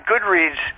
Goodreads